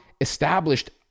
established